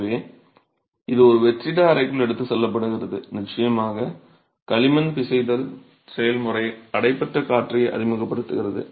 எனவே இது ஒரு வெற்றிட அறைக்குள் எடுத்துச் செல்லப்படுகிறது நிச்சயமாக களிமண்ணின் பிசைதல் செயல்முறை அடைபட்ட காற்றை அறிமுகப்படுத்துகிறது